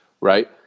Right